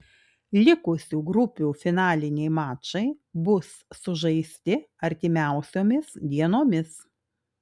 likusių grupių finaliniai mačai bus sužaisti artimiausiomis dienomis